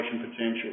potential